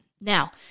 Now